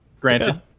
Granted